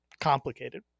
complicated